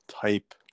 type